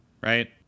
Right